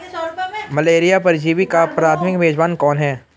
Malaria परजीवी का प्राथमिक मेजबान कौन है?